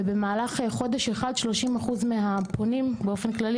ובמהלך חודש אחד 30% מהפונים באופן כללי